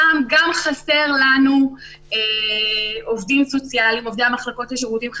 חסרים לנו שם עובדים סוציאליים ועובדי המחלקות לשירותים חברתיים,